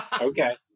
okay